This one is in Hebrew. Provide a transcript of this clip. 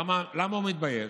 למה הוא מתבייש?